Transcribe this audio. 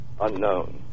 unknown